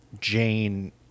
Jane